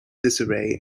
disarray